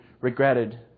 regretted